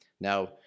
Now